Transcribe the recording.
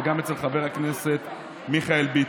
זה אצל חבר הכנסת מיכאל ביטון,